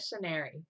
missionary